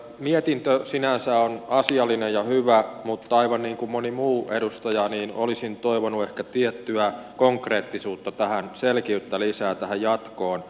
mietintö sinänsä on asiallinen ja hyvä mutta aivan niin kuin moni muu edustaja olisin toivonut ehkä tiettyä konkreettisuutta tähän selkeyttä lisää tähän jatkoon